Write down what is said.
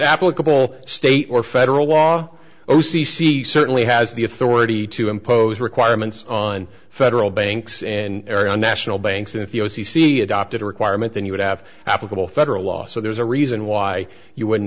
applicable state or federal law o c c certainly has the authority to impose requirements on federal banks and area national banks and if the o c c adopted a requirement then you would have applicable federal law so there's a reason why you wouldn't